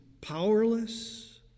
powerless